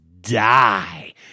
die